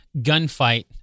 gunfight